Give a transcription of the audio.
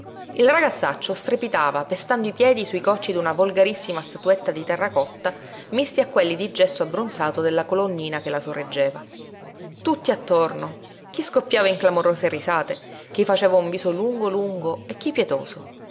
il ragazzaccio strepitava pestando i piedi sui cocci d'una volgarissima statuetta di terracotta misti a quelli di gesso abbronzato della colonnina che la sorreggeva tutti attorno chi scoppiava in clamorose risate chi faceva un viso lungo lungo e chi pietoso